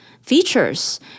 features